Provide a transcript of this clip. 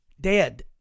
Dead